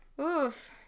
oof